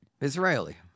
Israeli